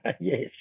yes